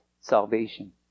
salvation